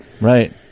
Right